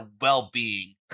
well-being